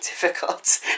difficult